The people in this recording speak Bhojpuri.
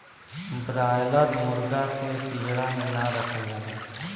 ब्रायलर मुरगा के पिजड़ा में ना रखल जाला